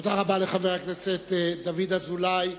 תודה רבה לחבר הכנסת דוד אזולאי.